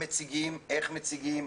מציגים, איך מציגים.